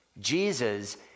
Jesus